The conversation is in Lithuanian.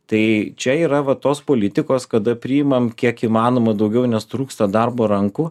tai čia yra va tos politikos kada priimam kiek įmanoma daugiau nes trūksta darbo rankų